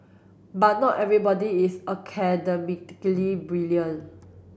but not everybody is academically brilliant